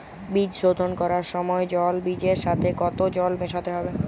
বীজ শোধন করার সময় জল বীজের সাথে কতো জল মেশাতে হবে?